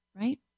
right